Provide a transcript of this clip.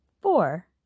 four